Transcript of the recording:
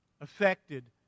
affected